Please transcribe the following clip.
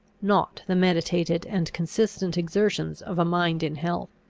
not the meditated and consistent exertions of a mind in health.